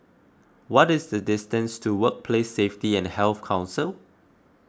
what is the distance to Workplace Safety and Health Council